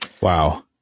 Wow